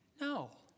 No